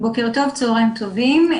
בוקר טוב, צהריים טובים.